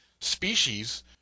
species